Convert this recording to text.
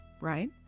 Right